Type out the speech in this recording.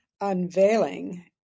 unveiling